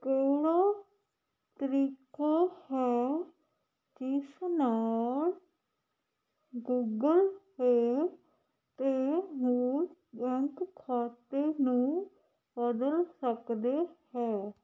ਕਿਹੜਾ ਤਰੀਕਾ ਹੈ ਜਿਸ ਨਾਲ ਗੂਗਲ ਪੇ 'ਤੇ ਮੂਲ ਬੈਂਕ ਖਾਤੇ ਨੂੰ ਬਦਲ ਸਕਦੇ ਹੈ